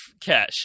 cash